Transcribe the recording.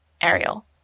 ariel